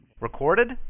Recorded